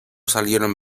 salieron